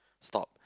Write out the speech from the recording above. stop